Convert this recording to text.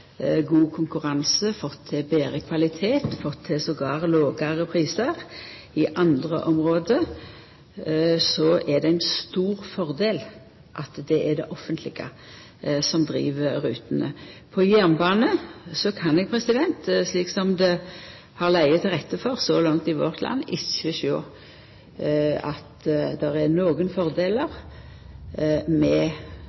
god konkurranse, fått til betre kvalitet, attpåtil fått til lågare prisar. På andre område er det ein stor fordel at det er det offentlege som driv rutene. På jernbanen kan eg, slik som det har lege til rette for så langt i vårt land, ikkje sjå at det er nokre fordelar